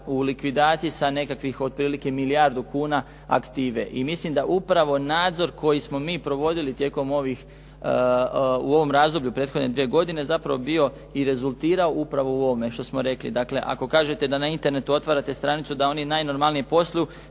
u likvidaciji sa nekakvih otprilike milijardu kuna aktive i mislim da upravo nadzor koji smo mi provodili tijekom ovih, u ovom razdoblju prethodne dvije godine zapravo bio i rezultirao upravo u ovome što smo rekli. Dakle, ako kažete da na internetu otvarate stranicu da oni najnormalnije posluju,